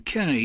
UK